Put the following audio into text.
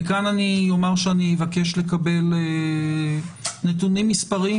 כאן אני אומר שאני אבקש לקבל נתונים מספריים,